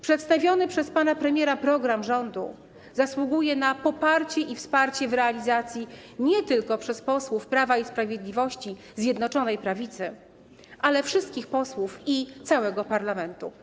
Przedstawiony przez pana premiera program rządu zasługuje na poparcie i wsparcie w realizacji nie tylko przez posłów Prawa i Sprawiedliwości, Zjednoczonej Prawicy, ale również przez wszystkich posłów, przez cały parlament.